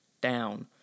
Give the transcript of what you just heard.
down